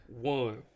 One